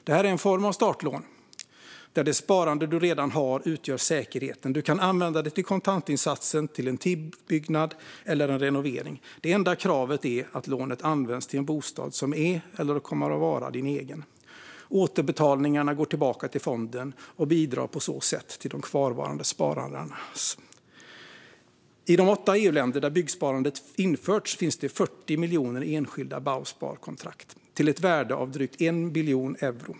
Det här är en form av startlån, där det sparande du redan har utgör säkerheten. Du kan använda det till kontantinsatsen, en tillbyggnad eller en renovering. Det enda kravet är att lånet används till en bostad som är eller kommer att vara din egen. Återbetalningarna går tillbaka till fonden och bidrar på så sätt till de kvarvarande spararna. I de åtta EU-länder där byggsparandet införts finns det 40 miljoner enskilda Bausparkontrakt till ett värde av drygt en biljon euro.